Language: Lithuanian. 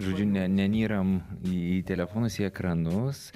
žodžiu ne ne nyram į telefonus į ekranus